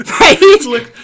right